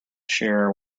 share